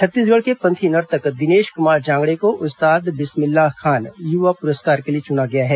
छत्तीसगढ़ के पंथी नर्तक दिनेश कुमार जांगड़े को उस्ताद बिस्मिल्लाह खान युवा पुरस्कार के लिए चुना गया है